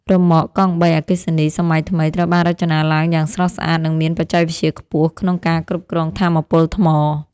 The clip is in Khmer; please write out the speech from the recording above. រ៉ឺម៉កកង់បីអគ្គិសនីសម័យថ្មីត្រូវបានរចនាឡើងយ៉ាងស្រស់ស្អាតនិងមានបច្ចេកវិទ្យាខ្ពស់ក្នុងការគ្រប់គ្រងថាមពលថ្ម។